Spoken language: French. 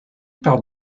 par